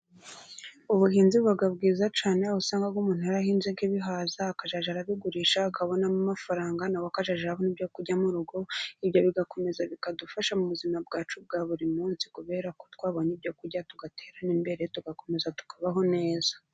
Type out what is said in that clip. Ubuhinzi buba bwiza cyane aho usanga umuntu yarahinze nk'ibihaza akajya abigurisha akabonamo amafaranga nawe akajya abona n'ibyo kurya mu rugo. Ibyo bigakomeza bikadufasha mu buzima bwacu bwa buri munsi kubera ko twabonye ibyo kurya tugatera n'imbere tugakomeza tukabaho neza.